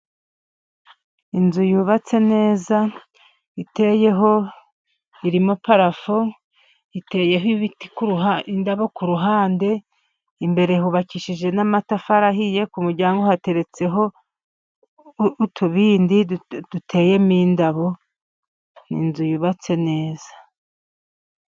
Inzu yubatse neza, iteyeho, irimo parafo, iteyeho ibiti, indabo ku ruhande, imbere hubakishijejwe n'amatafari ahiye, ku muryango hateretseho utubindi duteyemo indabo, ni inzu yubatse neza.